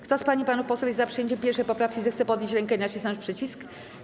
Kto z pań i panów posłów jest za przyjęciem 1. poprawki, zechce podnieść rękę i nacisnąć przycisk.